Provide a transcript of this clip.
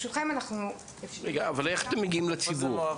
איך אתם מגיעים לציבור?